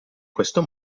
questo